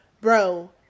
Bro